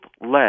led